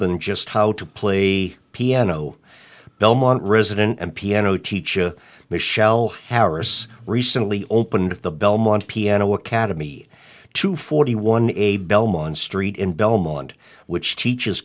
than just how to play a piano belmont resident and piano teacher michele harris recently opened the belmont piano academy to forty one eight belmont street in belmont which teaches